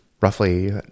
roughly